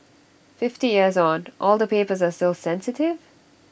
fifty years on all the papers are still sensitive